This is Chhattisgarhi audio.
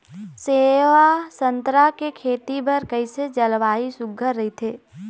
सेवा संतरा के खेती बर कइसे जलवायु सुघ्घर राईथे?